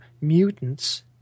mutants